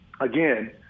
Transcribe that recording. again